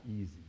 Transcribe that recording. easy